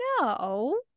No